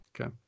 Okay